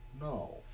no